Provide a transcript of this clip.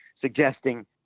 suggesting